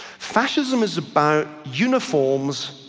fascism is about uniforms,